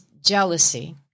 jealousy